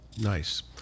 nice